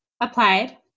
Applied